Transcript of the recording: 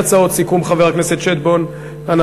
חבר הכנסת שטבון, אין הצעות סיכום.